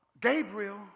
Gabriel